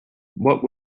what